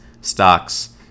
stocks